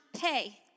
pay